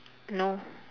no